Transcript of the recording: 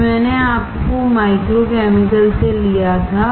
यह मैंने micro chemical से लिया था